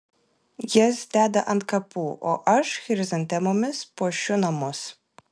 jas deda ant kapų o aš chrizantemomis puošiu namus